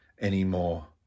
anymore